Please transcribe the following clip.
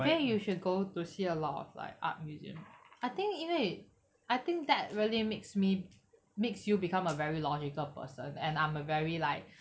I tell you you should go to see a lot of like art museum I think 因为 I think that really makes me makes you become a very logical person and I'm a very like